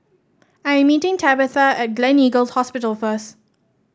I'm meeting Tabetha at Gleneagles Hospital first